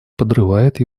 подрывает